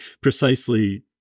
precisely